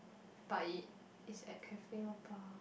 but it it's at cafe or bar